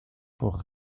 pour